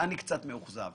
אני קצת מאוכזב.